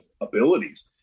abilities